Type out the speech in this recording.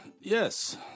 yes